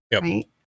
right